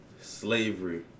slavery